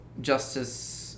justice